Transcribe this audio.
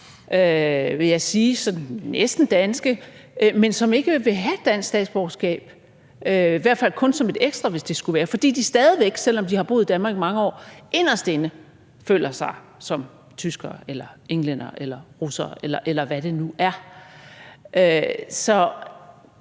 vil jeg sige, sådan næsten danske, men som ikke vil have dansk statsborgerskab, i hvert fald kun som et ekstra, hvis det skulle være – fordi de stadig væk, selv om de har boet i Danmark i mange år, inderst inde føler sig som tyskere, englændere, russere, eller hvad det nu er. Så